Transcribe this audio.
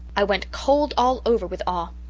i went cold all over with awe.